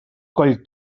coll